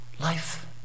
Life